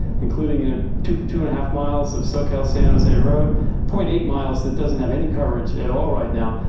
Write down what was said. including an a two, two and a half miles of soquel san jose road zero point eight miles. that doesn't have any coverage at all right now.